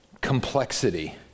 complexity